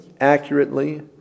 accurately